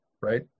right